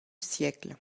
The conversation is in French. siècle